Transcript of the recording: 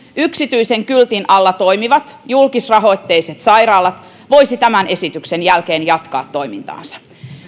yksityisen kyltin alla toimivat julkisrahoitteiset sairaalat voisi tämän esityksen jälkeen jatkaa toimintaansa